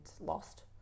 lost